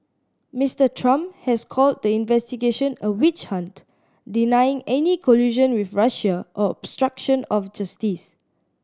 Mister Trump has called the investigation a witch hunt denying any collusion with Russia or obstruction of justice